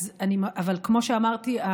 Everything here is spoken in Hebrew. אבל כמו שאמרתי,